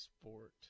sport